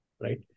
right